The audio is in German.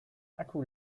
akku